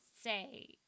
say